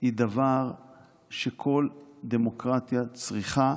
היא דבר שכל דמוקרטיה צריכה.